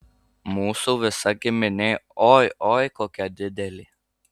mūsų visa giminė oi oi kokia didelė